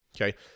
okay